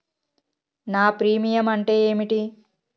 నా ప్రీమియం అంటే ఏమిటి?